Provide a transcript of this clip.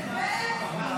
לאן הוא הלך --- בבג"ץ